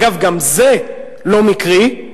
אגב, גם זה לא מקרי.